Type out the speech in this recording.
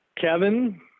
Kevin